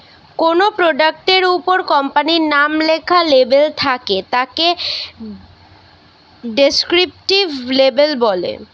কোনো প্রোডাক্ট এর উপর কোম্পানির নাম লেখা লেবেল থাকে তাকে ডেস্ক্রিপটিভ লেবেল বলে